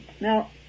now